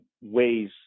ways